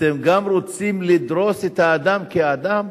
אתם גם רוצים לדרוס את האדם כאדם?